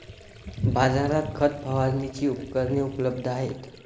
बाजारात खत फवारणीची उपकरणे उपलब्ध आहेत